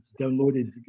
downloaded